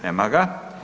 Nema ga.